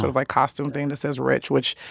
but like costume thing that says rich which,